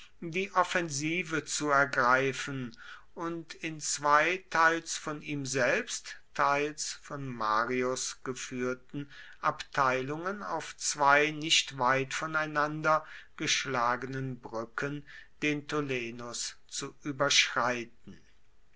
die offensive zu ergreifen und in zwei teils von ihm selbst teils von marius geführten abteilungen auf zwei nicht weit voneinander geschlagenen brücken den tolenus zu überschreiten